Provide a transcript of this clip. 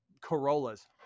Corollas